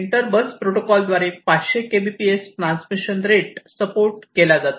inter bus protocol द्वारे 500Kbps transmission rate support केला जातो